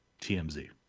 TMZ